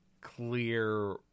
clear